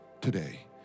today